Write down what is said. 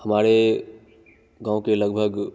हमारे गाँव के लगभग